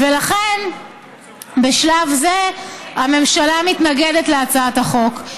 ולכן בשלב זה הממשלה מתנגדת להצעת החוק.